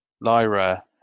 Lyra